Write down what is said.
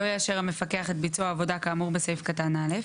לא יאשר המפקח את ביצוע העבודה כאמור בסעיף קטן (א),